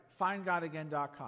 findgodagain.com